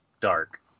dark